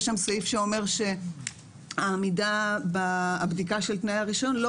יש שם סעיף שאומר שהעמידה בבדיקה של תנאי הרישיון לא